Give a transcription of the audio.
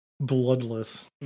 bloodless